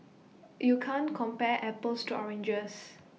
you can't compare apples to oranges